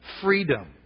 freedom